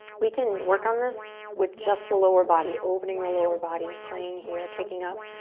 we can work on this with just the lower body, opening the lower body, playing here, kicking up.